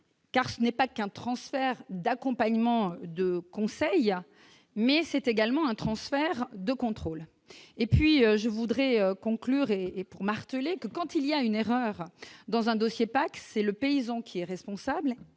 car ce n'est pas qu'un transfert d'accompagnement et de conseils à mais c'est également un transfert de contrôle et puis je voudrais conclure et et pour marteler que quand il y a une erreur dans un dossier pacsé le paysan qui est responsable